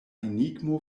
enigmo